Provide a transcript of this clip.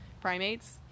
primates